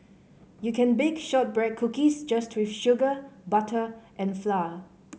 you can bake shortbread cookies just with sugar butter and flour